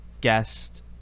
guest